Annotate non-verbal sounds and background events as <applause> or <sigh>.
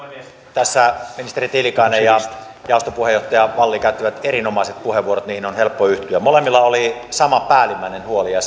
tässä ministeri tiilikainen ja jaoston puheenjohtaja wallin käyttivät erinomaiset puheenvuorot niihin on helppo yhtyä molemmilla oli sama päällimmäinen huoli ja <unintelligible>